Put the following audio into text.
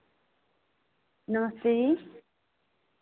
नमस्ते जी